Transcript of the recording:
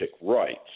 rights